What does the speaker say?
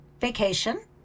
Vacation